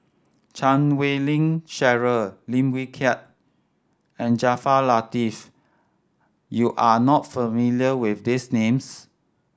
Chan Wei Ling Cheryl Lim Wee Kiak and Jaafar Latiff you are not familiar with these names